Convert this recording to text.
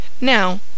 Now